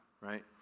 right